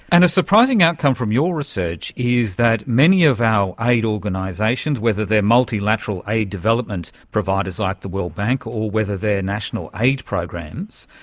and a surprising outcome from your research is that many of our aid organisations, whether they are multilateral aid development providers like the world bank or whether they are national aid programs,